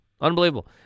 Unbelievable